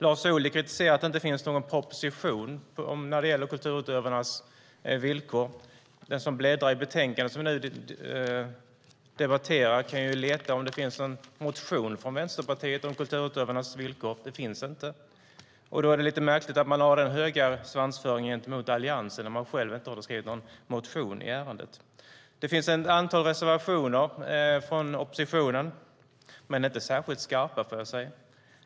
Lars Ohly kritiserar att det inte finns någon proposition när det gäller kulturutövarnas villkor. Den som bläddrar i det betänkande som vi nu debatterar kan ju leta efter om det finns någon motion från Vänsterpartiet om kulturutövarnas villkor. Det finns det inte. Det är lite märkligt att man har den höga svansföringen gentemot Alliansen när man själv inte har skrivit någon motion i ärendet. Det finns ett antal reservationer från oppositionen, men inte särskilt skarpa, får jag säga.